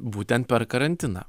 būtent per karantiną